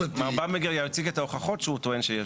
שבמברגר יציג את ההוכחות שהוא טוען שיש לו.